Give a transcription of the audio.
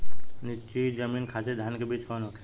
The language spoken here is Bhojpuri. नीची जमीन खातिर धान के बीज कौन होखे?